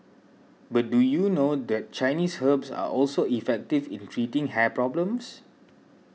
but do you know that Chinese herbs are also effective in treating hair problems